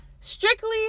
strictly